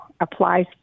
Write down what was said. applies